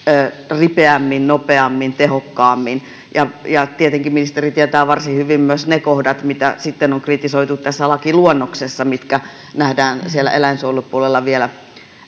ripeämmin nopeammin tehokkaammin ja ja tietenkin ministeri tietää varsin hyvin myös ne kohdat mitä sitten on kritisoitu tässä lakiluonnoksessa ja mitkä nähdään siellä eläinsuojelupuolella vielä